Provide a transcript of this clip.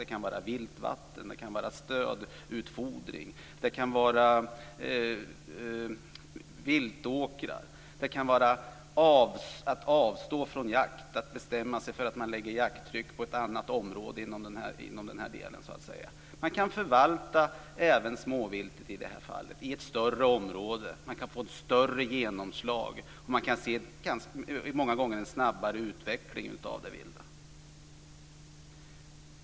Det kan gälla viltvatten, stödutfodring, viltåkrar och jaktavstående. Man kan bestämma sig för att lägga jakttrycket på en annan del av ett område. Man kan förvalta även småvilt i ett större område. Då kan man få ett större genomslag, och man kan många gånger se en snabbare utveckling av det vilda.